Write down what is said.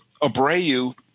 Abreu